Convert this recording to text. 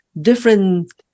different